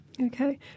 Okay